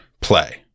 play